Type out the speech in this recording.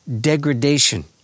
degradation